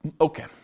Okay